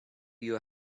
your